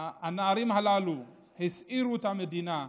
הנערים הללו הסעירו את המדינה.